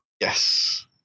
Yes